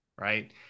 right